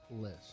list